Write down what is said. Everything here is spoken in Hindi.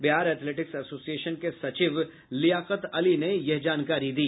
बिहार एथलेटिक एसोसिएशन के सचिव लियाकत अली ने यह जानकारी दी